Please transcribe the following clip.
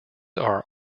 are